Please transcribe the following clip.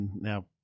now